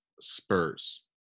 Spurs